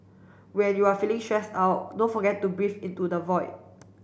when you are feeling stressed out don't forget to breathe into the void